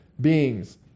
beings